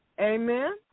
Amen